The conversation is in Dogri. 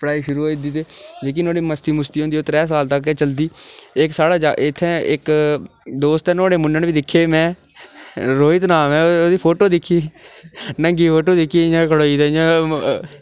जेह्की नुहाड़ी मस्ती मुस्ती होंदी ओह् त्रै साल तक्क गै चलदी ते एह् इत्थै इक्क दोस्त ऐ नुहाड़ै मूनन बी दिक्खे में रोहित नांऽ ऐ नुहाड़ी फोटो दिक्खी नंगी फोटो दिक्खी खड़ोई दा इं'या खड़ोई दा इं'या